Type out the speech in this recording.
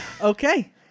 Okay